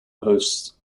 hosts